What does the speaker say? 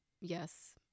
yes